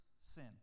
sin